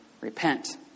repent